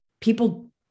People